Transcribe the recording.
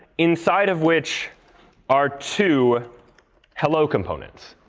inside of which are two hello components.